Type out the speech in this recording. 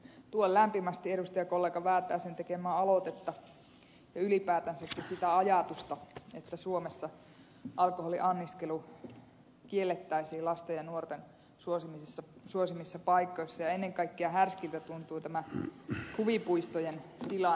tuen lämpimästi edustajakollega väätäisen tekemää aloitetta ja ylipäätänsäkin sitä ajatusta että suomessa alkoholianniskelu kiellettäisiin lasten ja nuorten suosimissa paikoissa ja ennen kaikkea härskiltä tuntuu tämä huvipuistojen tilanne